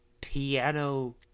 piano